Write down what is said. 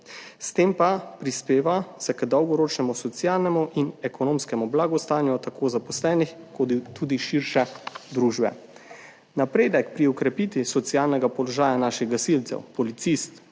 s tem pa prispeva k dolgoročnemu socialnemu in ekonomskemu blagostanju tako zaposlenih kot tudi širše družbe. Napredek pri okrepitvi socialnega položaja naših gasilcev, policistk,